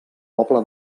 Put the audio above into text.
poble